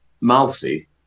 mouthy